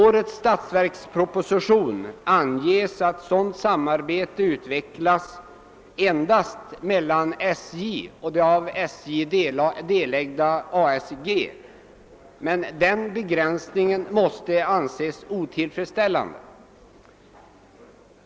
I årets statsverksproposition anges att ett sådant samarbete pågår endast mellan SJ och det av SJ delägda ASG. Denna begränsning måste anses otillfredsställande.